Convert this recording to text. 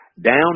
down